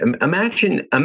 Imagine